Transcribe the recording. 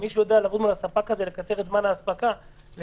מי שיודע לקצר את זמן האספקה ולתת